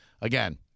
again